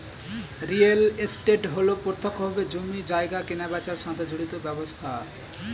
real estate হল প্রত্যক্ষভাবে জমি জায়গা কেনাবেচার সাথে জড়িত ব্যবসা